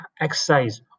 exercise